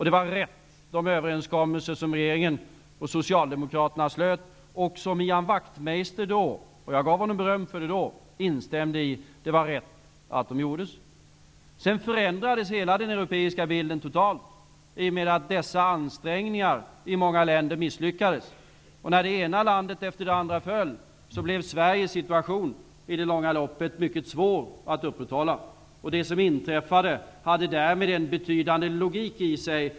Det var rätt att träffa de överenskommelser som regeringen och Wachtmeister vid detta tillfälle -- och jag gav honom då beröm för det -- instämde i. Det var rätt att de träffades. Sedan förändrades hela den europeiska bilden totalt i och med att dessa ansträngningar misslyckades i många länder. När det ena landet efter det andra föll, blev Sveriges ställning i det långa loppet mycket svår att upprätthålla. Det som inträffade har därmed en betydande logik i sig.